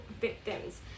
victims